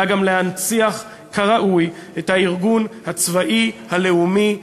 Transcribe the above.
אלא גם להנציח כראוי את הארגון הצבאי הלאומי,